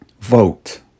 Vote